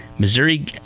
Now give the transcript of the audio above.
Missouri